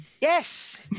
Yes